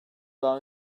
daha